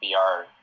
VR